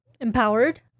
Empowered